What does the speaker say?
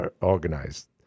organized